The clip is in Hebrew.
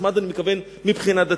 שמד אני מתכוון מבחינה דתית.